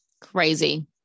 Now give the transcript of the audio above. Crazy